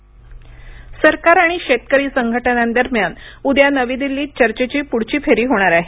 शेतकरी चर्चा पूल मंजिरी सरकार आणि शेतकरी संघटनांदरम्यान उद्या नवी दिल्लीत चर्चेची पुढची फेरी होणार आहे